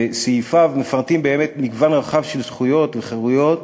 וסעיפיו מפרטים באמת מגוון רחב של זכויות וחירויות.